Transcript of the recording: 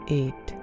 eight